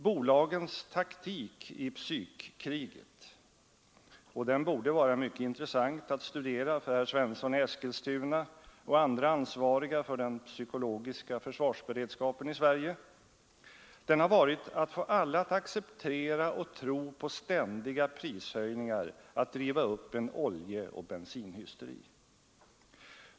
Bolagens taktik i psykkriget — och den borde vara mycket intressant att studera för herr Svensson i Eskilstuna och andra ansvariga för den psykologiska försvarsberedskapen i Sverige — har varit att få alla att acceptera och tro på ständiga prishöjningar, att driva upp en oljeoch bensinhysteri.